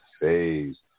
Phase